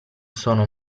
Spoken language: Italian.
sono